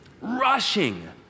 rushing